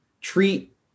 treat